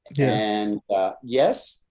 and yes,